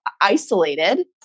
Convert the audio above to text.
isolated